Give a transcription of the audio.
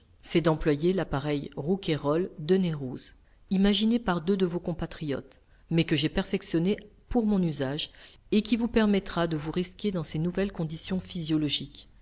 c'est d'employer l'appareil rouquayrol denayrouze imaginé par deux de vos compatriotes mais que j'ai perfectionné pour mon usage et qui vous permettra de vous risquer dans ces nouvelles conditions physiologiques